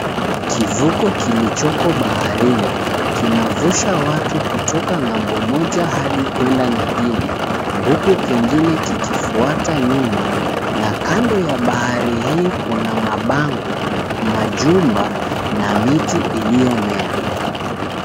Kivuko kilichoko baharini kinavusha watu kutoka ng'ambo moja hadi kwenda nyingine huku kingine kikifwata nyuma na kando ya bahari hii kuna mabango, majunmba na miti iliyomea.